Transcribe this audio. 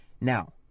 Now